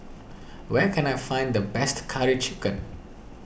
where can I find the best Curry Chicken